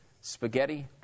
spaghetti